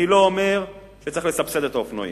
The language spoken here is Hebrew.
אני לא אומר שצריך לסבסד את האופנועים.